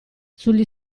sugli